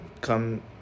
come